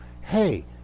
hey